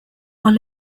are